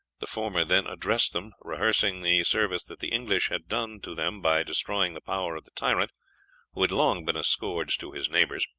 the former then addressed them, rehearsing the service that the english had done to them by destroying the power of the tyrant who had long been a scourge to his neighbors,